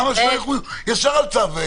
למה שלא ילכו ישר על צו סגירה?